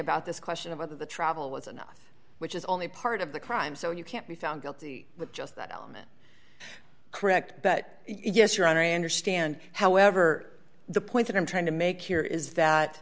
about this question of whether the travel was enough which is only part of the crime so you can't be found guilty but just that element correct but yes your honor i understand however the point that i'm trying to make here is that